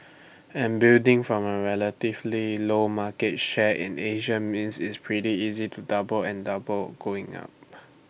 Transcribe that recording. and building from A relatively low market share in Asia means it's pretty easy to double and double going up